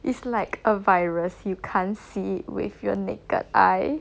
it's like a virus you can't see with your naked eye